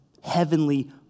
heavenly